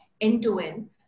end-to-end